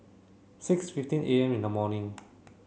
six fifteen am in the morning